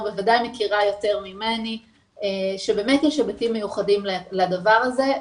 מכירה יותר ממני שבאמת יש היבטים מיוחדים לדבר הזה.